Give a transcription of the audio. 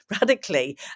radically